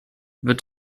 wird